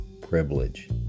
privilege